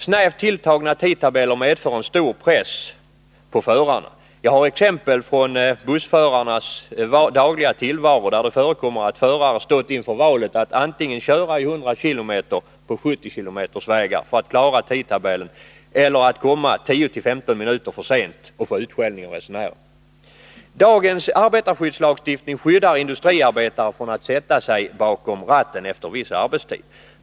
Snävt tilltagna tidtabeller medför en stor press på förarna. Jag har exempel från bussförarnas dagliga tillvaro, där det förekommer att förare har stått inför valet att antingen köra i 100 kilometer på vägar med en högsta hastighet av 70 kilometer för att klara tidtabellen eller att komma tio-femton minuter för sent och få utskällning av resenärerna. Nr 51 Dagens arbetarskyddslagstiftning skyddar industriarbetare från att sätta "Måndagen den sig bakom ratten efter viss arbetstid.